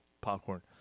popcorn